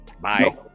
bye